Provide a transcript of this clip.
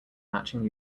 matching